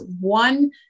one